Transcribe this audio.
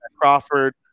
Crawford